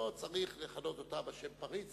לא צריך לכנות אותה בשם פריץ.